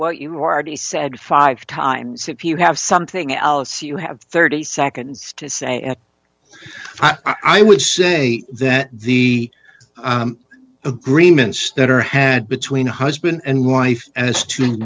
what you already said five times if you have something else you have thirty seconds to say i would say that the agreements that are had between husband and wife as to